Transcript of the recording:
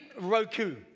Roku